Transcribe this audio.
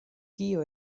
kio